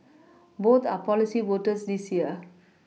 both are policy voters this year